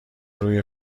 روی